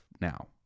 now